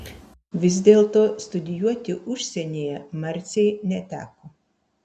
vis dėlto studijuoti užsienyje marcei neteko